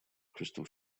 crystal